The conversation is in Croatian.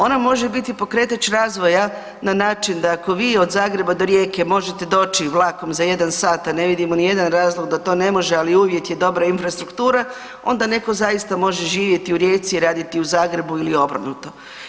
Ona može biti pokretač razvoja na način da ako vi od Zagreba do Rijeke možete doći vlakom za jedan sat a ne vidimo nijedan razlog da to ne može ali uvjet je dobra infrastruktura, onda neko zaista može živjeti u Rijeci, raditi u Zagrebu ili obrnuto.